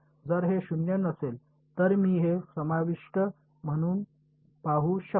जर हे शून्य नसेल तर मी हे अवशिष्ट म्हणून पाहू शकतो